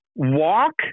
walk